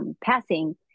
passing